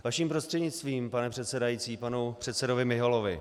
Vaším prostřednictvím, pane předsedající, k panu předsedovi Miholovi.